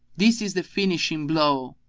this is the finishing blow!